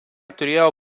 turėjo